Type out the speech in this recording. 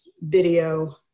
video